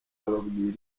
ababwira